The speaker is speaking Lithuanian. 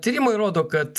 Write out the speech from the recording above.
tyrimai rodo kad